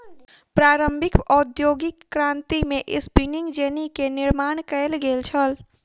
प्रारंभिक औद्योगिक क्रांति में स्पिनिंग जेनी के निर्माण कयल गेल छल